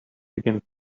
against